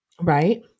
Right